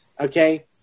okay